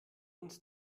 uns